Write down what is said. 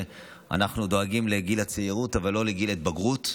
אנחנו דואגים לגיל הצעירות אבל לא לגיל הבגרות.